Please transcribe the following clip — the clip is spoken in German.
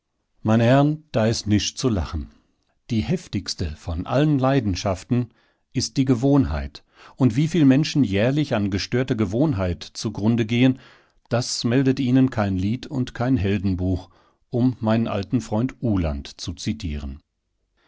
meine herren da is nischt zu lachen die heftigste von allen leidenschaften ist die gewohnheit und wieviel menschen jährlich an gestörter gewohnheit zugrunde gehen das meldet ihnen kein lied meldet ihnen kein lied uhland des sängers fluch vergeben vergiften und kein heldenbuch um meinen alten freund uhland zu zitieren